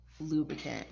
lubricant